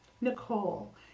Nicole